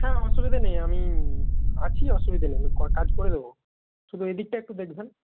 হ্যাঁ অসুবিধা নেই আমি আছি অসুবিধা নেই কাজ করে দেবো শুধু এদিকটা একটু দেখবেন